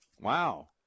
Wow